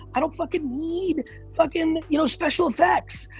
i don't fucking need fucking you know special effects.